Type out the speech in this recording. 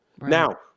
Now